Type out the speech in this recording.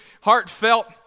heartfelt